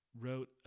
wrote